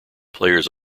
players